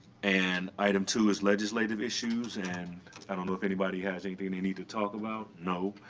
and item two is legislative issues. and i don't know if anybody has anything they need to talk about no.